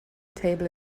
table